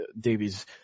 Davies